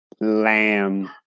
Lamb